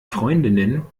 freundinnen